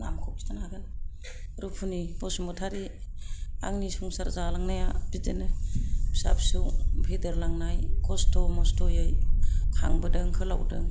नामखौ खिथानो हागोन रुफुनि बसुमतारि आंनि संसार जालांनाया बिदिनो फिसा फिसौ फेदेरलांनाय खसथ' मसथ'यै खांबोदों फोलावदों